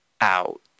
out